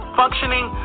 functioning